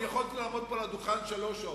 יכולתי לעמוד פה על הדוכן שלוש שעות.